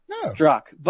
struck